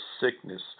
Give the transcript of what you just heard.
sickness